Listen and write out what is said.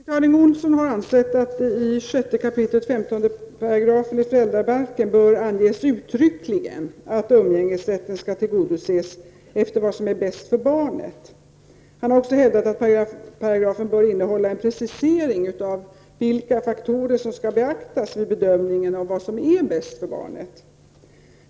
Herr talman! Bengt Harding Olson har ansett att det i 6 kap. 15 § föräldrabalken uttryckligen bör anges att umgängesrätten skall tillgodoses efter vad som är bäst för barnet. Han har också hävdat att paragrafen bör innehålla en precisering av vilka faktorer som skall beaktas vid bedömningen av vad som är bäst för barnet.